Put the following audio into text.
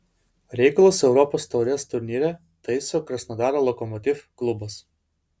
reikalus europos taurės turnyre taiso krasnodaro lokomotiv klubas